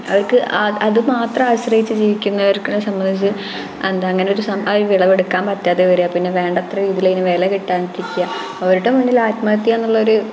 അവർക്ക് അത് മാത്രം ആശ്രയിച്ച് ജീവിക്കുന്നവർക്ക് സംബന്ധിച്ച് എന്താണ് അങ്ങനെയൊരു വിളവെടുക്കാൻ പറ്റാതെ വരുക പിന്നെ വേണ്ടത്ര രീതിയില് അതിന് വില കിട്ടാണ്ടിരിക്കുക അവരുടെ മുന്നില് ആത്മഹത്യ എന്നുള്ള ഒരു